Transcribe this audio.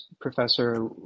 Professor